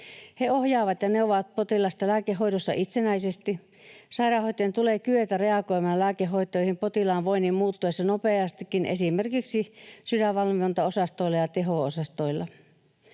He ohjaavat ja neuvovat potilasta lääkehoidossa itsenäisesti. Sairaanhoitajan tulee kyetä reagoimaan lääkehoitoihin potilaan voinnin muuttuessa nopeastikin esimerkiksi sydänvalvontaosastoilla ja teho-osastoilla.